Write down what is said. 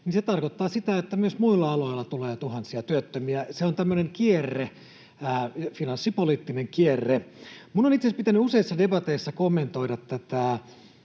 se tarkoittaa sitä, että myös muilla aloilla tulee tuhansia työttömiä. Se on tämmöinen kierre, finanssipoliittinen kierre. Minun on itse pitänyt useissa debateissa kommentoida tätä